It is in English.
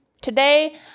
today